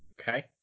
Okay